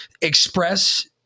express